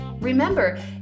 remember